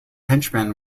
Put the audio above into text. henchmen